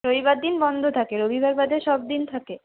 রবিবার দিন বন্ধ থাকে রবিবার বাদে সবদিন থাকে